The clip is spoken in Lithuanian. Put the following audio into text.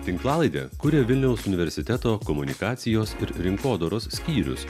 tinklalaidę kuria vilniaus universiteto komunikacijos ir rinkodaros skyrius